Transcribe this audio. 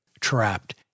trapped